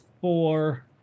four